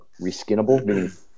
reskinable